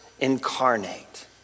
incarnate